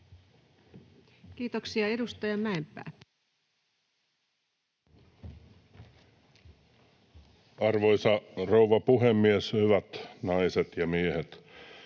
Kiitoksia. — Edustaja Mäenpää. Arvoisa rouva puhemies! Hyvät naiset ja miehet!